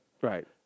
Right